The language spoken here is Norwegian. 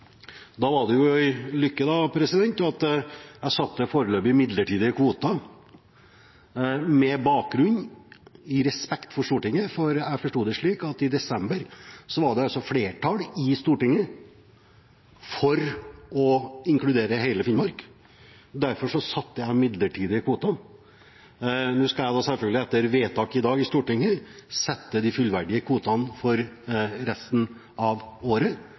Da var det jo en lykke at jeg fastsatte foreløpige, midlertidige kvoter med bakgrunn i respekt for Stortinget fordi jeg forsto det slik at det i desember var flertall i Stortinget for å inkludere hele Finnmark. Derfor fastsatte jeg midlertidige kvoter. Nå skal jeg selvfølgelig etter vedtaket i Stortinget i dag fastsette de fullverdige kvotene for resten av året